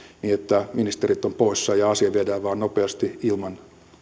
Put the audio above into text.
niin että ministerit ovat poissa ja asia viedään vain nopeasti ilman